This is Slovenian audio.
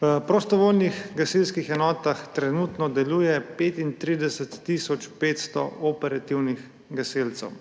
V prostovoljnih gasilskih enotah trenutno deluje 35 tisoč 500 operativnih gasilcev